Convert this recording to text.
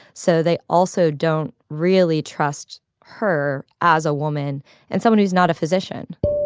so they also don't really trust her as a woman and someone who's not a physician